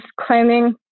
climbing